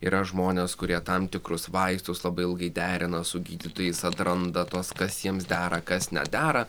yra žmonės kurie tam tikrus vaistus labai ilgai derina su gydytojais atranda tuos kas jiems dera kas nedera